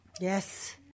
Yes